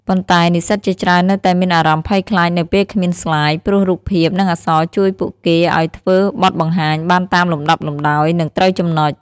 ប៉ុន្តែ និស្សិតជាច្រើននៅតែមានអារម្មណ៍ភ័យខ្លាចនៅពេលគ្មានស្លាយ ព្រោះរូបភាព និងអក្សរជួយពួកគេឱ្យធ្វើបទបង្ហាញបានតាមលំដាប់លំដោយ និងត្រូវចំណុច។